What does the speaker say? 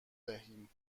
دهیم